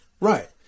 right